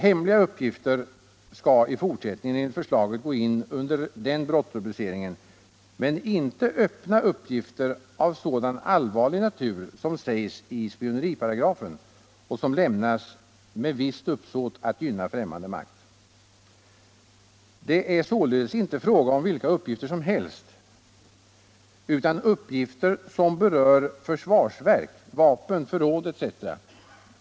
Hemliga uppgifter skall i fortsättningen enligt förslaget gå in under den brottsrubriceringen, men inte öppna uppgifter av sådan allvarlig natur som sägs i spioneriparagrafen och som lämnas med visst uppsåt att gynna främmande makt. Det är således inte fråga om vilka uppgifter som helst utan uppgifter som berör försvarsverk, vapen, förråd etc.